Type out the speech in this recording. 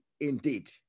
indeed